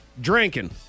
drinking